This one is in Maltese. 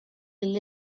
lill